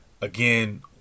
Again